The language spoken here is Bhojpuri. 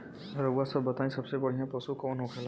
रउआ सभ बताई सबसे बढ़ियां पशु कवन होखेला?